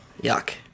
Yuck